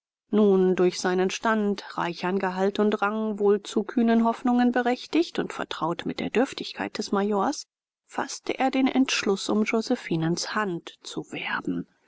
nun durch seinen stand reichern gehalt und rang wohl zu kühnen hoffnungen berechtigt und vertraut mit der dürftigkeit des majors faßte er den entschluß um josephinens hand zu werben